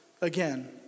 again